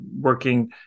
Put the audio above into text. working